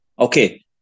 Okay